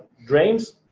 drains.